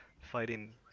fighting